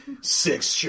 six